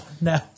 no